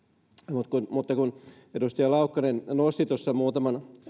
mutta kun mutta kun edustaja laukkanen nosti tuossa muutaman